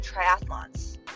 triathlons